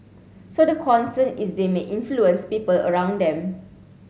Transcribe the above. so the concern is they may influence people around them